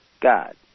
God